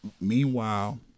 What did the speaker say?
meanwhile